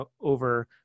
over